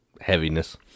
heaviness